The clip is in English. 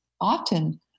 often